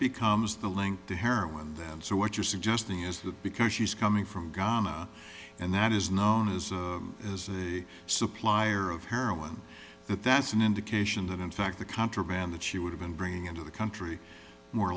becomes the link to heroin so what you're suggesting is that because she's coming from guyana and that is know as a supplier of heroin that that's an indication that in fact the contraband that she would've been bringing into the country more